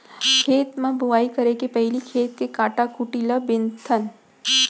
खेत म बोंवई करे के पहिली खेत के कांटा खूंटी ल बिनथन